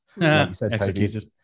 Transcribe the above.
Executed